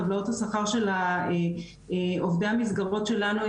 טבלאות השכר של אובדן מסגרות שלנו,